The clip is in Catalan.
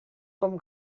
com